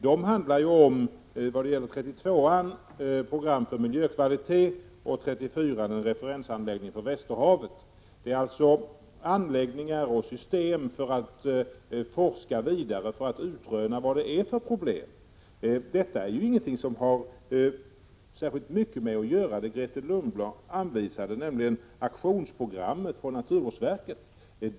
Reservation 32 handlar om ett åtgärdsprogram när det gäller miljökvalitet och reservation 34 om en referensanläggning för Västerhavet. Det är alltså fråga om anläggningar och system för fortsatt forskning för att utröna vilka problemen är. Detta har inte särskilt mycket att göra med det Grethe Lundblad anvisade, nämligen aktionsprogrammet från naturvårdsverket.